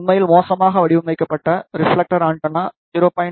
உண்மையில் மோசமாக வடிவமைக்கப்பட்ட ரிப்ஃலெக்டர் ஆண்டெனா 0